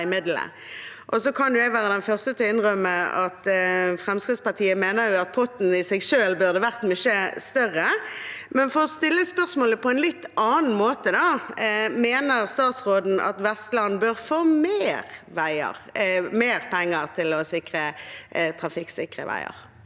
Fremskrittspartiet mener at potten i seg selv burde vært mye større. For å stille spørsmålet på en litt annen måte: Mener statsråden at Vestland bør få mer penger til trafikksikring